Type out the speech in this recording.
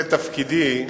זה תפקידי.